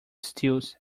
steels